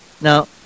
Now